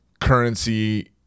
currency